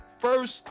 first